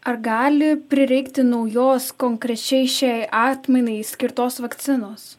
ar gali prireikti naujos konkrečiai šiai atmainai skirtos vakcinos